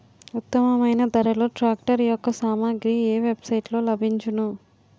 ఉత్తమమైన ధరలో ట్రాక్టర్ యెక్క సామాగ్రి ఏ వెబ్ సైట్ లో లభించును?